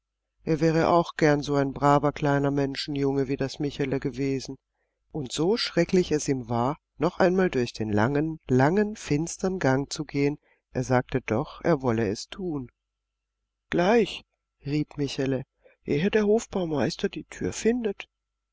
er wäre auch gern so ein braver kleiner menschenjunge wie das michele gewesen und so schrecklich es ihm war noch einmal durch den langen langen finstern gang zu gehen er sagte doch er wolle es tun gleich riet michele ehe der hofbaumeister die türe findet